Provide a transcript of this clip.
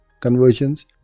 conversions